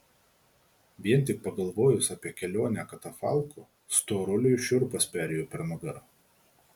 vien tik pagalvojus apie kelionę katafalku storuliui šiurpas perėjo per nugarą